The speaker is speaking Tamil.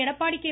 எடப்பாடி கே